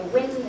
Win